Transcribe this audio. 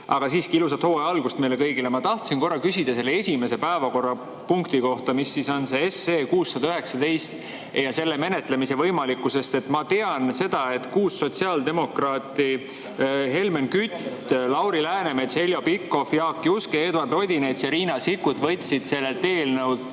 Aga siiski, ilusat hooaja algust meile kõigile! Ma tahtsin korra küsida selle esimese päevakorrapunkti kohta, mis on 619, ja selle menetlemise võimalikkuse kohta. Ma tean seda, et kuus sotsiaaldemokraati, Helmen Kütt, Lauri Läänemets, Heljo Pikhof, Jaak Juske, Eduard Odinets ja Riina Sikkut, võtsid sellelt eelnõult